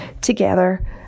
together